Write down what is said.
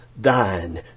thine